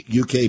UK